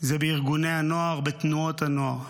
הוא ארגוני הנוער, תנועות הנוער.